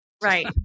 Right